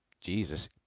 Jesus